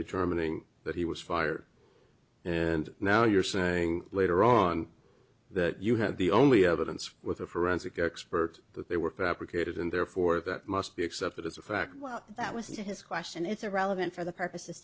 determining that he was fired and now you're saying later on that you had the only evidence with a forensic expert that they were fabricated and therefore that must be accepted as a fact well that was in his question it's irrelevant